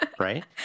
Right